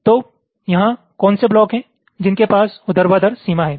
तो यहाँ कोन से ब्लॉक हैं जिनके पास ऊर्ध्वाधर सीमा हैं